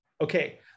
okay